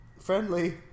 Friendly